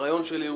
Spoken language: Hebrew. הרעיון שלי הוא